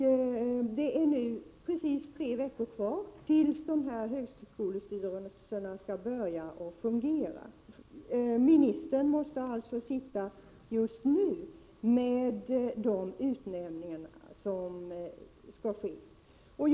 Det är nu precis tre veckor kvar innan högskolestyrelserna skall börja fungera. Ministern måste alltså just i dagarna ta ställning till de utnämningar som regeringen skall göra i detta avseende.